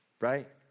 right